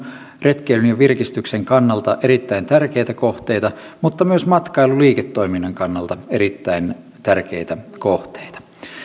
retkeilyn ja virkistyksen kannalta erittäin tärkeitä kohteita mutta myös matkailuliiketoiminnan kannalta erittäin tärkeitä kohteita